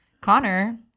Connor